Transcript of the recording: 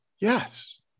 Yes